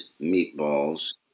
meatballs